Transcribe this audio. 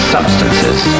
Substances